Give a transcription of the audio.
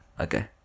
Okay